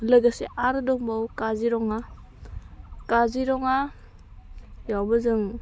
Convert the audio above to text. लोगोसे आरो दोंबावो काजिरङा काजिरङायावबो जों